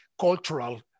cultural